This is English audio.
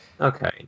okay